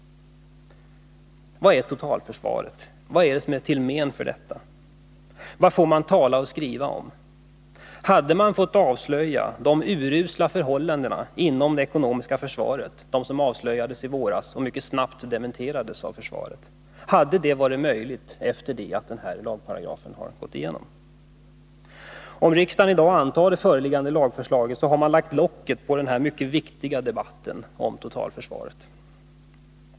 Vad är totalförsvaret? Vad är till men för detta? Vad får man tala och skriva om? Hade det varit möjligt att avslöja de urusla förhållandena inom det ekonomiska försvaret som kom i dagen i våras och mycket snabbt dementerades av försvaret, om den här lagparagrafen hade varit i kraft? Om riksdagen i dag antar det föreliggande lagförslaget, har man lagt locket på denna viktiga debatt om totalförsvaret.